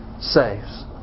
saves